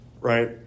Right